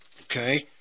Okay